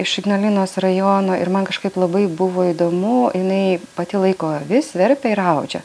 iš ignalinos rajono ir man kažkaip labai buvo įdomu jinai pati laiko avis verpia ir audžia